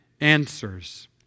answers